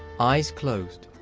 eyes closed,